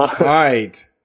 Right